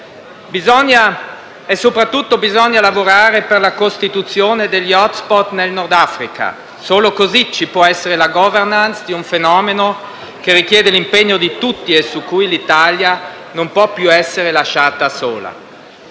Bisogna soprattutto lavorare per la costituzione di *hotspot* nel Nord Africa: solo così ci può essere la *governance* di un fenomeno che richiede l'impegno di tutti e su cui l'Italia non può più essere lasciata sola.